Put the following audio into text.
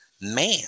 man